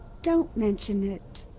don't mention it.